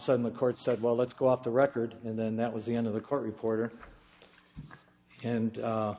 sudden the court said well let's go off the record and then that was the end of the court reporter and